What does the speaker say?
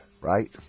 right